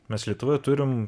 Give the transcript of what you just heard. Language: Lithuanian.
mes lietuvoje turim